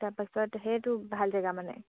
তাৰপাছত সেইটো ভাল জেগা মানে